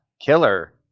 Killer